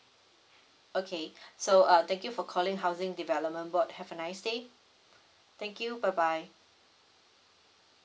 okay so uh thank you for calling housing development board have a nice day thank you bye bye